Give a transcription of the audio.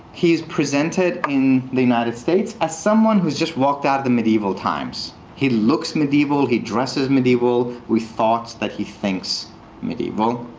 he's presented in the united states as someone who's just walked out of the medieval times. he looks medieval. he dresses medieval. we thought that he thinks medieval.